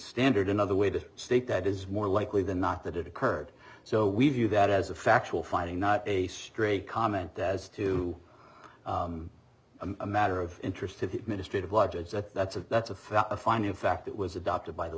standard another way to state that is more likely than not that it occurred so we view that as a factual finding not a stray comment that is to a matter of interest to the ministry of lodges that that's a that's a fact finding fact it was adopted by the